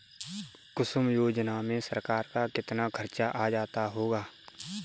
कुसुम योजना में सरकार का कितना खर्चा आ जाता होगा